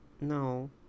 no